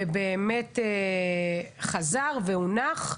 ובאמת חזר והונח,